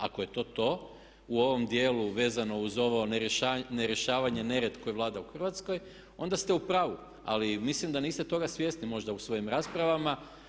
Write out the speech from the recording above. Ako je to to u ovom dijelu vezano uz ovo nerješavanje nereda koji vlada u Hrvatskoj onda ste u pravu ali mislim da niste toga svjesni možda u svojim raspravama.